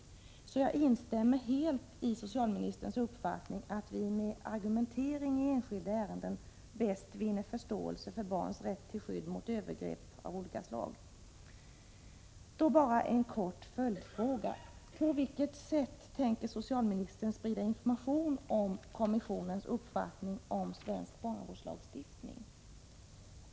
Så jag 12 maj 1987 instämmer helt i socialministerns uppfattning att vi med argumentering i enskilda ärenden bäst vinner förståelse för barns rätt till skydd mot C'”'åfgärderföratt övergrepp av olika sla Tindra spridning av FP 8 sjukdomen aids Bara en kort följdfråga: På vilket sätt tänker socialministern sprida information om kommissionens uppfattning om svensk barnavårdslagstiftning?